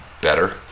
better